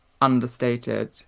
understated